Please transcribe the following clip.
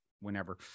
whenever